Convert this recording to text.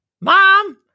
mom